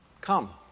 Come